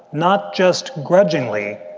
not just grudgingly,